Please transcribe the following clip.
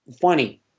funny